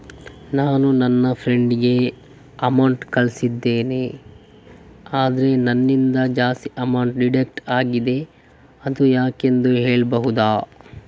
ನಾನು ನನ್ನ ಫ್ರೆಂಡ್ ಗೆ ಅಮೌಂಟ್ ಕಳ್ಸಿದ್ದೇನೆ ಆದ್ರೆ ನನ್ನಿಂದ ಜಾಸ್ತಿ ಅಮೌಂಟ್ ಡಿಡಕ್ಟ್ ಆಗಿದೆ ಅದು ಯಾಕೆಂದು ಹೇಳ್ಬಹುದಾ?